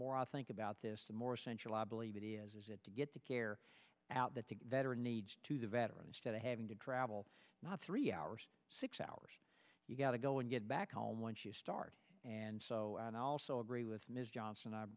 more i think about this the more essential i believe it is is it to get the care out that the better needs to the veteran instead of having to travel not three hours six hours you've got to go and get back home once you start and so and i also agree with ms johnson i